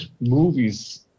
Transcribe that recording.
movies